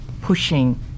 pushing